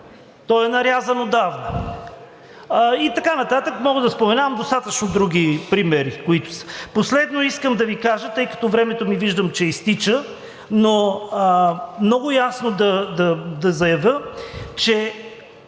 той е нарязан отдавна и така нататък. Мога да споменавам достатъчно други примери. Последно искам да Ви кажа, тъй като виждам, че времето ми изтича, но много ясно да заявя, че